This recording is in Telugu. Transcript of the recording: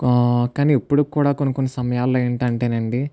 కానీ ఇప్పటికి కూడా కొన్ని కొన్ని సమయాలలో ఏంటంటేనండి